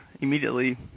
immediately